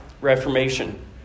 Reformation